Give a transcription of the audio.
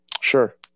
Sure